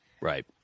Right